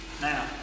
Now